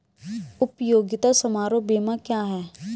उपयोगिता समारोह बीमा क्या है?